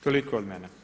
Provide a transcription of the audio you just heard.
Toliko od mene.